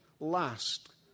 last